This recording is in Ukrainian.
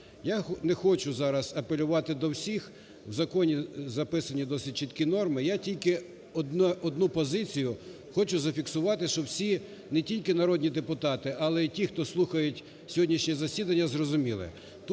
Я не хочу зараз апелювати до всіх, у законі записані досить чіткі норми. Я тільки одну позицію хочу зафіксувати, що всі не тільки народні депутати, але й ті, хто слухають сьогоднішнє засідання, зрозуміли.